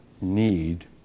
need